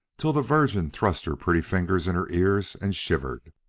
till the virgin thrust her pretty fingers in her ears and shivered.